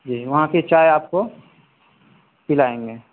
جی وہاں کی چائے آپ کو پلائیں گے